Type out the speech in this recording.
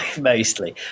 mostly